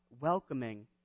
welcoming